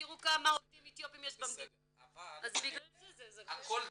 תראו כמה עובדים אתיופים יש ---" הכל טוב,